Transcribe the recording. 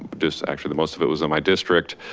but just actually the most of it was in my district,